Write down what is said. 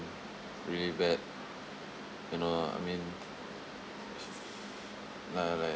really bad you know I mean uh like